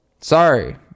Sorry